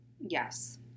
Yes